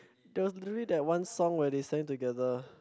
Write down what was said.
there was literally that one song where they sang together